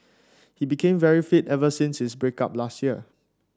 he became very fit ever since his break up last year